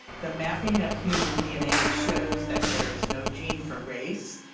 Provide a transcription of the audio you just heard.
the mapping of human dna shows that there is no gene for race,